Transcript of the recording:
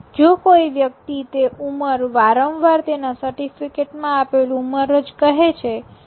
જો કોઈ વ્યક્તિ તે ઉંમર વારંવાર તેના સર્ટિફિકેટ માં આપેલ ઉંમર કહે છે તો તે વિશ્વસનીય છે